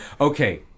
Okay